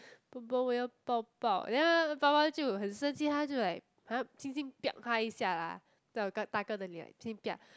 爸爸我要抱抱 and then 我爸爸就很生气他就好像 like 轻轻的 他一下 lah 在我大哥的脸 like 轻轻的